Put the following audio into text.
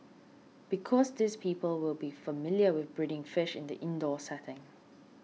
because these people will be familiar with breeding fish in the indoor setting